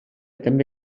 també